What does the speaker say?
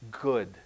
good